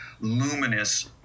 luminous